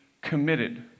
committed